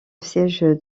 siège